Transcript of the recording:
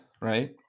right